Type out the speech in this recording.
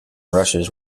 rushes